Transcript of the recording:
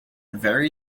very